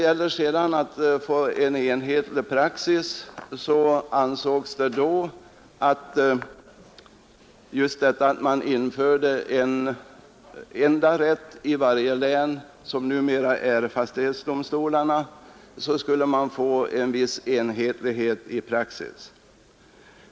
Genom att införa en enda rätt i varje län — det är numera fastighetsdomstolarna — ansågs det att man skulle få en viss enhetlighet i praxis.